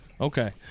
Okay